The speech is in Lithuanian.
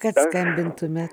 kad skambintume